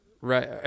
right